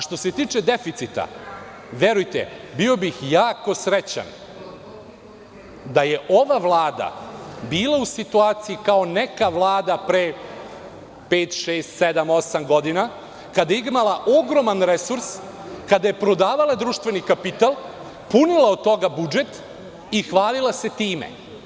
Što se tiče deficita, verujte bio bih jako srećan da je ova vlada bila u situaciji kao neka Vlada pre pet, šest, sedam, osam godina, kada je imala ogroman resurs, kada je prodavala društveni kapital, punila od toga budžet i hvalila se time.